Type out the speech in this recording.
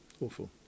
Awful